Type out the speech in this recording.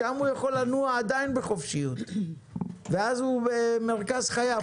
שם הוא יכול לנוע עדין בחופשיות ואז הוא במרכז החיים,